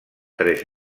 tres